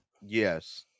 yes